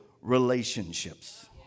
relationships